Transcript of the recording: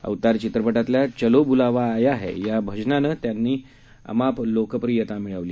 अवतार चित्रपटातल्या चलो ब्लावा आया है या भजनानं त्यांना अमाप लोकप्रियता मिळवून दिली